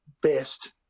best